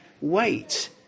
Wait